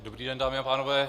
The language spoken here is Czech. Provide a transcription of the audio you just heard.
Dobrý den, dámy a pánové.